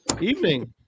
Evening